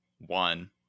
one